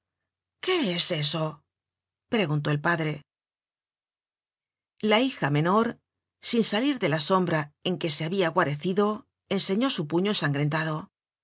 qué es eso preguntó el padre la hija menor sin salir de la sombra en que se habia guarecido enseñó su puño